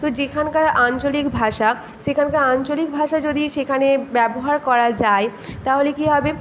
তো যেখানকার আঞ্চলিক ভাষা সেখানকার আঞ্চলিক ভাষা যদি সেখানে ব্যবহার করা যায় তাহলে কী হবে